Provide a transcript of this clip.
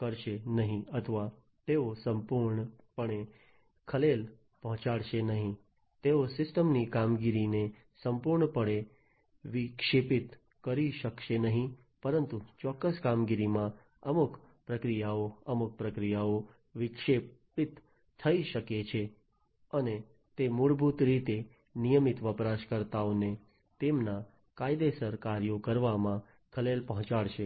કરશે નહીં અથવા તેઓ સંપૂર્ણપણે ખલેલ પહોંચાડશે નહીં તેઓ સિસ્ટમ ની કામગીરીને સંપૂર્ણપણે વિક્ષેપિત કરી શકશે નહીં પરંતુ ચોક્કસ કામગીરીમાં અમુક પ્રક્રિયાઓ અમુક પ્રક્રિયાઓ વિક્ષેપિત થઈ શકે છે અને તે મૂળભૂત રીતે નિયમિત વપરાશકર્તાને તેમના કાયદેસર કાર્યો કરવામાં ખલેલ પહોંચાડશે